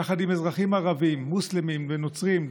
יחד עם אזרחים ערבים מוסלמים ונוצרים,